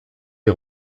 des